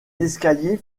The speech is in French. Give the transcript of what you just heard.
escalier